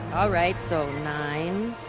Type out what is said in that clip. all right, so nine,